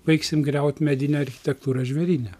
baigsim griaut medinę architektūrą žvėryne